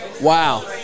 Wow